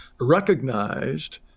recognized